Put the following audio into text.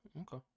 Okay